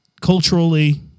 culturally